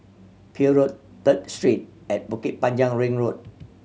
Peel Road Third Street and Bukit Panjang Ring Road